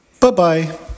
Bye-bye